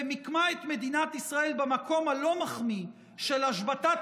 ומיקמה את מדינת ישראל במקום הלא-מחמיא של השבתת